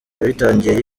yabitangiye